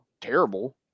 terrible